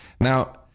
Now